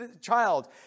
child